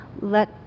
let